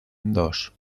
dos